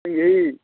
सिङ्गही